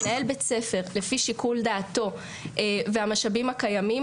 מנהל בית ספר לפי שיקול דעתו והמשאבים הקיימים